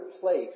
place